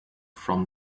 from